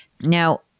Now